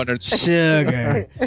Sugar